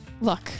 Look